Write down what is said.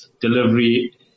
delivery